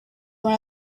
one